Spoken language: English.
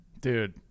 dude